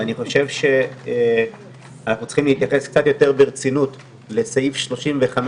ואני חושב שאנחנו צריכים להתייחס קצת יותר ברצינות לסעיף 35,